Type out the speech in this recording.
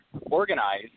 organize